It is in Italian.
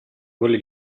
quelle